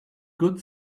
good